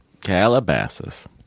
Calabasas